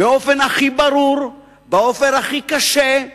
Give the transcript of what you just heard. באופן הכי ברור, באופן הכי קשה,